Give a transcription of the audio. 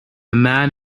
man